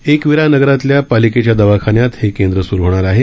एकवीरा नगरातल्या पालिकेच्या दवाखान्यात हे केंद्र सुरू होणार आहे